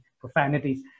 profanities